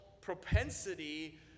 propensity